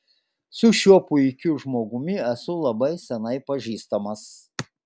su šiuo puikiu žmogumi esu labai seniai pažįstamas